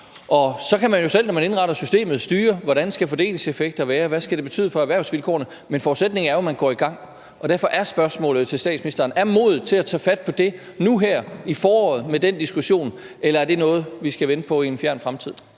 Så kan man jo selv, når man indretter systemet, styre, hvordan fordelingseffekterne skal være, hvad det skal betyde for erhvervsvilkårene, men forudsætningen er jo, at man går i gang. Derfor er spørgsmålet til statsministeren: Er modet der til at tage fat på det nu her i foråret med den diskussion, eller er det noget, vi skal vente på i en fjern fremtid?